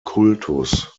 kultus